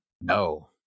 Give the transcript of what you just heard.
No